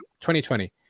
2020